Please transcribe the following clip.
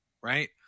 right